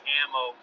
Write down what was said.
ammo